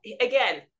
again